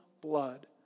blood